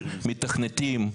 מתכנתים,